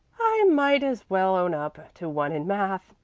i might as well own up to one in math,